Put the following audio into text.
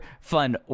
fun